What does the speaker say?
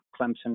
Clemson